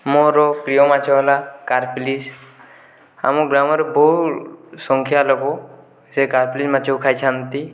ମୋର ପ୍ରିୟ ମାଛ ହେଲା କାରପିଲିସ ଆମ ଗ୍ରାମର ବହୁ ସଂଖ୍ୟା ଲୋକ ସେ କାରପିଲିନ ମାଛକୁ ଖାଇଛନ୍ତି